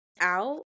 out